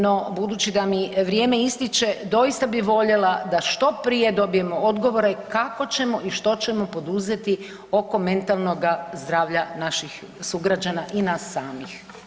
No budući da mi vrijeme ističe doista bi voljela da što prije dobijemo odgovore kako ćemo i što ćemo poduzeti oko mentalnoga zdravlja naših sugrađana i nas samih?